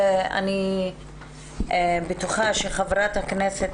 אני בטוחה שחברת הכנסת,